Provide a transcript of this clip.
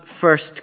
first